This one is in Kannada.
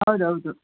ಹೌದ್ ಹೌದು